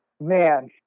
man